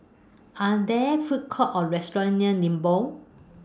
Are There Food Courts Or restaurants near Nibong